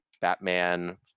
batman